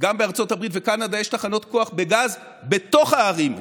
וגם בארצות הברית ובקנדה יש תחנות כוח בגז בתוך הערים.